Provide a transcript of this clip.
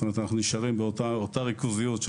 זאת אומרת שאנחנו נשארים באותה ריכוזיות,